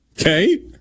Okay